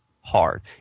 hard